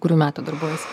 kurių metų darbuojiesi